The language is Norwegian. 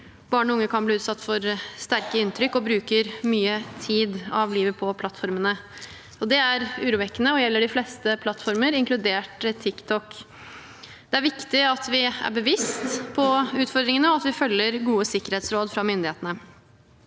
Barn og unge kan bli utsatt for sterke inntrykk og bruker mye av tid av livet på plattformene. Det er urovekkende og gjelder de fleste plattformer, inkludert TikTok. Det er viktig at vi er bevisst på utfordringene, og at vi følger gode sikkerhetsråd fra myndighetene.